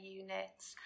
units